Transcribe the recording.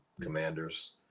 commanders